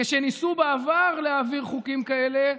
כשניסו בעבר להעביר חוקים כאלה,